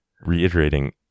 reiterating